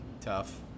tough